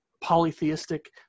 polytheistic